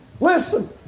Listen